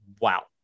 wow